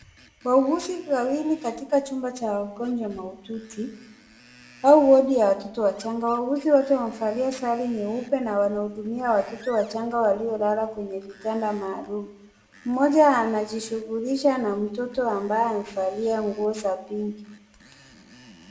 Wauguzi wawili katika chumba cha wagonjwa mahututi au wadi ya watoto wachanga wauguzi wote wamevalia sare nyeupe na wanahudumia watoto wachanga waliolala kwenye vitanda maalumu. Mmoja anajishughulisha na mtoto ambaye amevaa nguo za pinki.